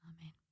amen